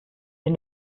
den